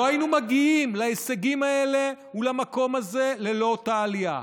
לא היינו מגיעים להישגים האלה ולמקום הזה ללא אותה עלייה.